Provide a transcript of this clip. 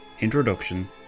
Introduction